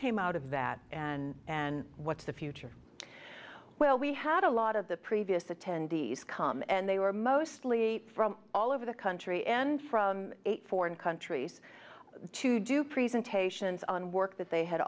came out of that and and what's the future well we had a lot of the previous attendees come and they were mostly from all over the country and from foreign countries to do presentations on work that they had